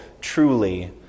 truly